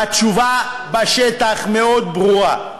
והתשובה בשטח מאוד ברורה: